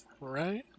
right